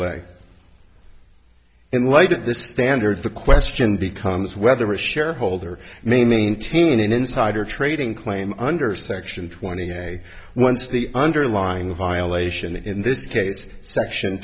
a in light of this standard the question becomes whether a shareholder may maintain an insider trading claim under section twenty once the underlying violation in this case section